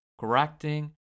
correcting